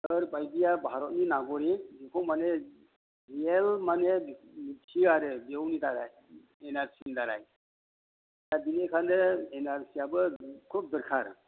सोर बायदिया भारतनि नागरिक बेखौ मानि रियेल मानि दिन्थियो आरो बेयावनि दारै एनआरसिनि दारै दा बेनिखायनो एनआरसियाबो खुब दोरखार